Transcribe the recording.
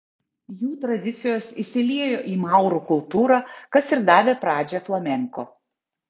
jų tradicijos įsiliejo į maurų kultūrą kas ir davė pradžią flamenko